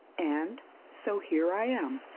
and so here i am.